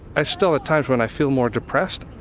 i still at times when i feel more depressed,